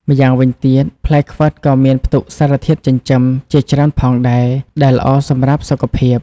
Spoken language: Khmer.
ម្យ៉ាងវិញទៀត ផ្លែខ្វិតក៏មានផ្ទុកសារធាតុចិញ្ចឹមជាច្រើនផងដែរ ដែលល្អសម្រាប់សុខភាព។